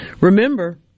Remember